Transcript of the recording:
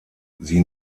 sie